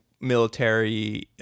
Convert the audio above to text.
military